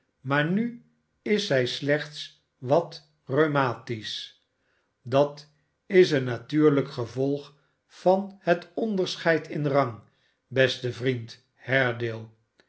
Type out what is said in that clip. maar nu is zij slechts wat rhumatisch dat is een natuurlijk gevolg van het onderscheid in rang beste vriend